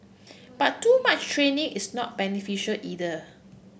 but too much training is not beneficial either